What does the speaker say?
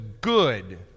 good